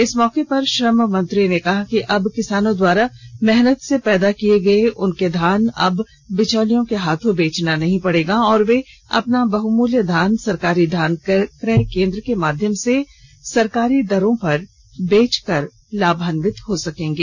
इस मौके पर श्रममंत्री ने कि अब किसानों द्वारा मेहनत से पैदा किए उनके धान अब बिचौलियों के हाथों बेचना नहीं पड़ेगा और वे अपने बहमुल्य धान को सरकारी धान क्रय केंद्र के माध्यम से सरकारी दरों पर बेचकर लाभान्वित हो सकेंगे